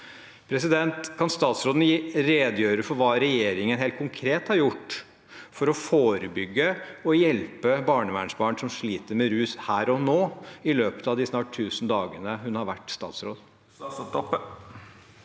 barnevern. Kan statsråden redegjøre for hva regjeringen helt konkret har gjort for å forebygge og hjelpe barnevernsbarn som sliter med rus her og nå, i løpet av de snart 1 000 dagene hun har vært statsråd?